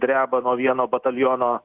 dreba nuo vieno bataliono